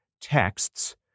texts